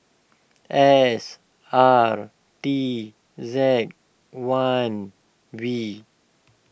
S R T Z one V